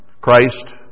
Christ